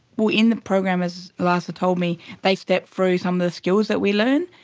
well, in the program, as eliza told me, they step through some of the skills that we learn.